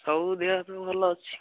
ସବୁ ଦେହ ହାତ ଭଲ ଅଛି